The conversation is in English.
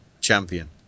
champion